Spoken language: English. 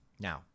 Now